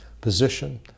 position